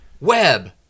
web